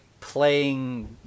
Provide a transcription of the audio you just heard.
playing